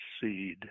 seed